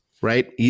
right